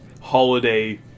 holiday